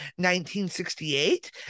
1968